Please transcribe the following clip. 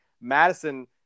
Madison